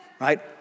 Right